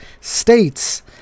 states